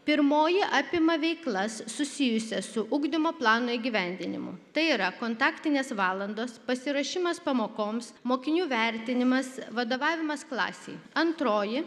pirmoji apima veiklas susijusias su ugdymo plano įgyvendinimu tai yra kontaktinės valandos pasiruošimas pamokoms mokinių vertinimas vadovavimas klasei antroji